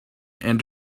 and